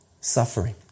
suffering